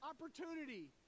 opportunity